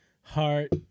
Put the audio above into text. heart